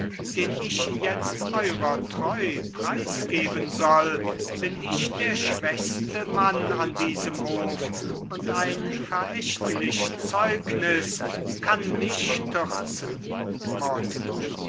den ich jetzt eurer treu preisgeben soll bin ich der schwächste mann an diesem hof und ein verächtlich zeugnis kann mich stürzen